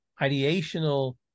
ideational